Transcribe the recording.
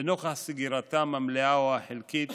ונוכח סגירתם המלאה או החלקית